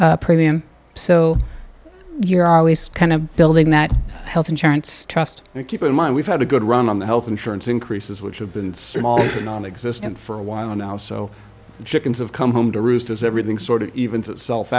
premium so you're always kind of building that health insurance trust and keep in mind we've had a good run on the health insurance increases which have been nonexistent for a while now so the chickens have come home to roost as everything sort of evens itself